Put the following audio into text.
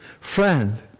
Friend